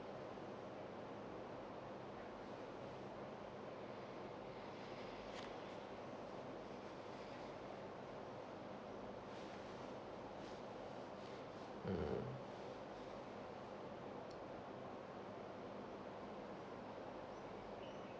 mm